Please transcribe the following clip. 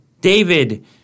David